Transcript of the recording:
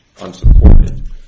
unsupported